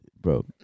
Bro